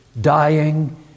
dying